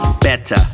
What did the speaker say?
better